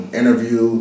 interview